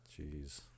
Jeez